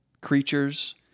creatures